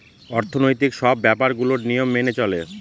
অর্থনৈতিক সব ব্যাপার গুলোর নিয়ম মেনে চলে